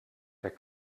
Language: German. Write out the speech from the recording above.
der